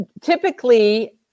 Typically